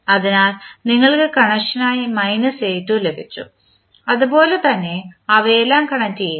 അതിനാൽ നിങ്ങൾക്ക് കണക്ഷനായി മൈനസ് a2 ലഭിച്ചു അതുപോലെ തന്നെ അവയെല്ലാം കണക്റ്റുചെയ്യുന്നു